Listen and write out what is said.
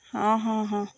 ହଁ ହଁ ହଁ